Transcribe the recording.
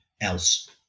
else